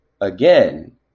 again